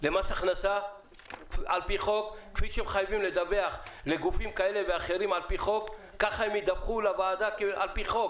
למס הכנסה על פי חוק ולגופים אחרים ככה הם ידווחו לוועדה על פי חוק.